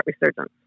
resurgence